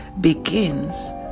begins